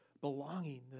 belonging